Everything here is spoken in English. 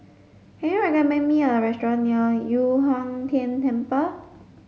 can you recommend me a restaurant near Yu Huang Tian Temple